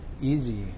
easy